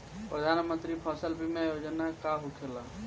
प्रधानमंत्री फसल बीमा योजना का होखेला?